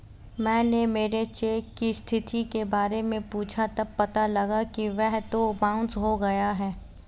मैंने मेरे चेक की स्थिति के बारे में पूछा तब पता लगा कि वह तो बाउंस हो गया है